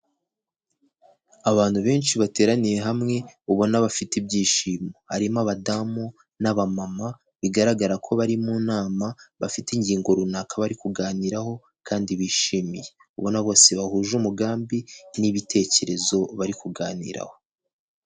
Abantu benshi bateraniye hamwe ubona bafite ibyishimo, harimo abadamu n'abamama bigaragara ko bari mu nama bafite ingingo runaka bari kuganiraho kandi bishimiye, ubona bose bahuje umugambi n'ibitekerezo bari kuganiraho.